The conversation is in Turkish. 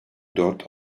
dört